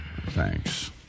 Thanks